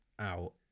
out